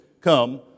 come